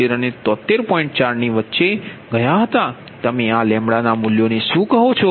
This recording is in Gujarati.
4 ની વચ્ચે વચ્ચે ગયા હતા તમે આ ના મૂલ્યોને શુ કહો છો